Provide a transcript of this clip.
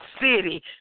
city